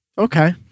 Okay